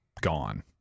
gone